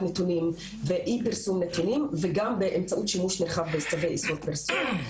נתונים ואי פרסום נתונים וגם באמצעות שימוש בצווי איסור פרסום.